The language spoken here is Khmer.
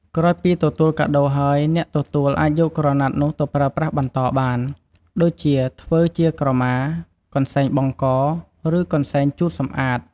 ក្រោយពីទទួលកាដូរហើយ អ្នកទទួលអាចយកក្រណាត់នោះទៅប្រើប្រាស់បន្តបាន ដូចជាធ្វើជាក្រមា កន្សែងបង់ក ឬកន្សែងជូតសម្អាត។